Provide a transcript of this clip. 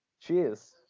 cheers